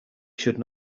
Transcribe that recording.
should